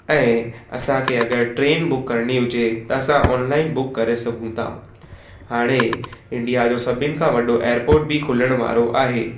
ऐं असांखे अगरि ट्रेन बुक करणी हुजे त असां ऑनलाइन बुक करे सघूं था हाणे इंडिया जो सभिनि खां वॾो एयरपोर्ट बि खुलण वारो आहे